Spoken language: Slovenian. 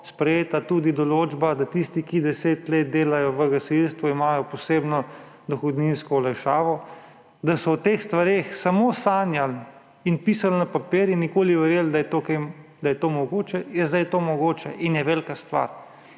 sprejeta tudi določba, da imajo tisti, ki 10 let delajo v gasilstvu, posebno dohodninsko olajšavo, da so o teh stvareh samo sanjali in pisali na papir in nikoli verjeli, da je to mogoče, je sedaj to mogoče in je velika stvar.